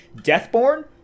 Deathborn